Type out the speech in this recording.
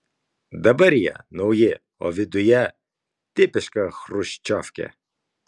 dabar jie nauji o viduje tipiška chruščiovkė